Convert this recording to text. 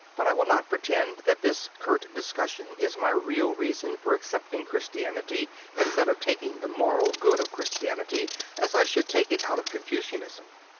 but i will not pretend that this curt discussion is my real reason for accepting christianity instead of taking the moral good of christianity as i should take it out of confucianism.